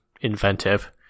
inventive